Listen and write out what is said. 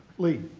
lee